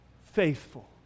faithful